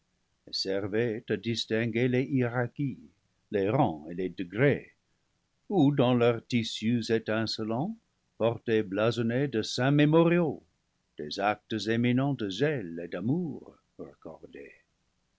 servaient à distinguer les hiérar chies les rangs et les degrés ou dans leurs tissus étincelants portaient blasonnés de saints mémoriaux des actes éminents de zèle et d'amour